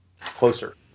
closer